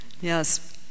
Yes